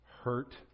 hurt